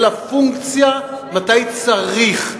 אלא פונקציה מתי צריך,